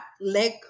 leg